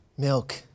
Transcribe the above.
Milk